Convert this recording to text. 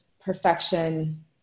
perfection